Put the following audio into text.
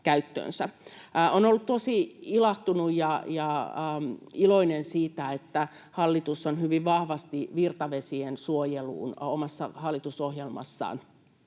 Olen ollut tosi ilahtunut ja iloinen siitä, että hallitus haluaa hyvin vahvasti virtavesien suojelua omassa hallitusohjelmassaan